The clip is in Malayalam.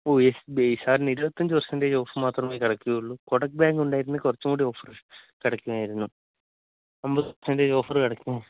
ഓ എസ് ബി ഐ സാറിന് ഇരുപത്തി അഞ്ച് പേര്സന്റേജ് ഓഫ് മാത്രമേ കെട യ്ക്കുകയുള്ളൂ കൊടക് ബാങ്ക് ഉണ്ടായിരുന്നെങ്കിൽ കുറച്ചും കൂടി ഓഫര് കെടയ്ക്കുമായിരുന്നു അമ്പത് പേര്സന്റേജ് ഓഫര് കെടയ്ക്കും